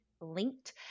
linked